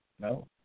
No